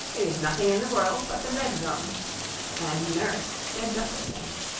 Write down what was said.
it is nothing in the world, but the red gum and nurse said just the same.